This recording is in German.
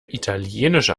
italienische